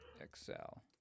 Excel